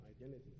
identity